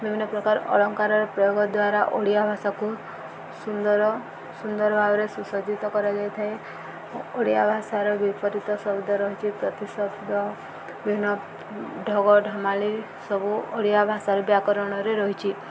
ବିଭିନ୍ନ ପ୍ରକାର ଅଳଙ୍କାର ପ୍ରୟୋଗ ଦ୍ୱାରା ଓଡ଼ିଆ ଭାଷାକୁ ସୁନ୍ଦର ସୁନ୍ଦର ଭାବରେ ସୁସଜ୍ଜିତ କରାଯାଇଥାଏ ଓଡ଼ିଆ ଭାଷାର ବିପରୀତ ଶବ୍ଦ ରହିଛି ପ୍ରତି ଶବ୍ଦ ବିଭିନ୍ନ ଢଗ ଢମାଳି ସବୁ ଓଡ଼ିଆ ଭାଷାର ବ୍ୟାକରଣରେ ରହିଛି